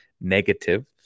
Negative